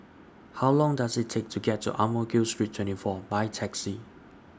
How Long Does IT Take to get to Ang Mo Kio Street twenty four By Taxi